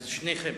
אז שניכם,